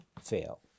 fail